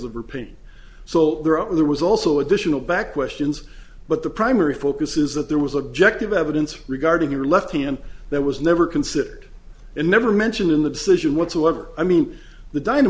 of her pain so there are there was also additional back questions but the primary focus is that there was objecting evidence regarding your left hand that was never considered and never mentioned in the decision whatsoever i mean the d